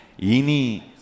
Ini